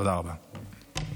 תודה רבה.